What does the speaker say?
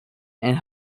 and